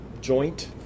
joint